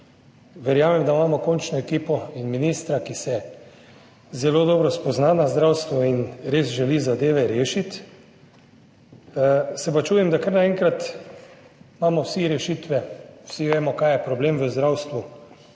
Verjamem, da imamo končno ekipo in ministra, ki se zelo dobro spozna na zdravstvo in res želi zadeve rešiti, se pa čudim, da kar naenkrat imamo vsi rešitve, vsi vemo, kaj je problem v zdravstvu,